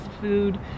food